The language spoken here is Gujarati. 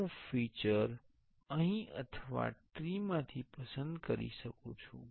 હું ફિચર અહીં અથવા ટ્રી માંથી પસંદ કરી શકું છું